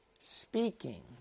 speaking